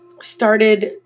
started